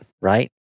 Right